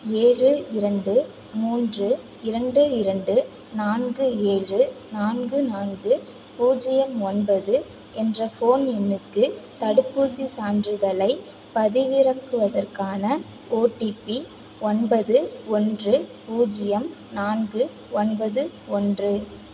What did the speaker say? ஏழு இரண்டு மூன்று இரண்டு இரண்டு நான்கு ஏழு நான்கு நான்கு பூஜ்யம் ஒன்பது என்ற ஃபோன் எண்ணுக்கு தடுப்பூசிச் சான்றிதழைப் பதிவிறக்குவதற்கான ஒடிபி ஒன்பது ஒன்று பூஜ்யம் நான்கு ஒன்பது ஒன்று